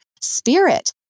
spirit